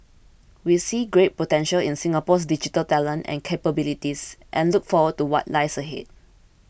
we see great potential in Singapore's digital talent and capabilities and look forward to what lies ahead